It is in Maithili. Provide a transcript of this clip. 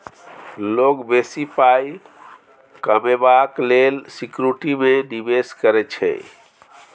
लोक बेसी पाइ कमेबाक लेल सिक्युरिटी मे निबेश करै छै